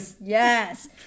Yes